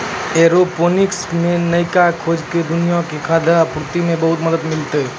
aeroponics मे नयका खोजो से दुनिया के खाद्य आपूर्ति मे बहुते मदत मिलतै